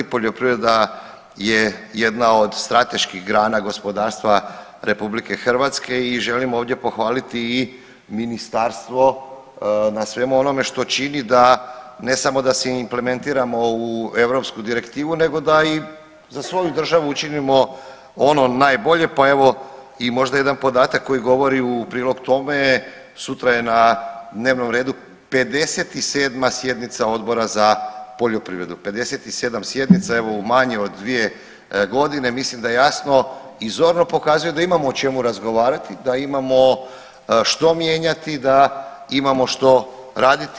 Poljoprivreda je jedna od strateških grana gospodarstva RH i želim ovdje pohvaliti i ministarstvo na svemu onome što čini da ne samo da se implementiramo u europsku direktivu nego da i za svoju državu učinimo ono najbolje, pa evo i možda jedan podatak koji govori u prilog tome je sutra je na dnevnom redu 57. sjednica Odbora za poljoprivredu, 57 sjednica evo u manje od 2.g., mislim da jasno i zorno pokazuje da imamo o čemu razgovarati, da imamo što mijenjati, da imamo što raditi.